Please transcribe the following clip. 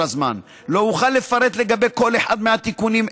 הזמן לא אוכל לפרט על כל אחד מהתיקונים,